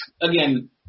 Again